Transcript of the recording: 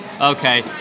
Okay